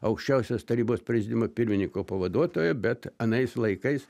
aukščiausios tarybos prezidiumo pirmininko pavaduotoja bet anais laikais